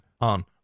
on